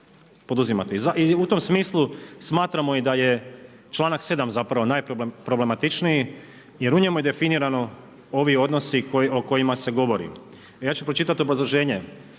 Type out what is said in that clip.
u tom smislu smatramo i da je članak 7. zapravo najproblematičniji, jer u njemu je definirano ovi odnosi o kojima se govori. A ja ću pročitati obrazloženje.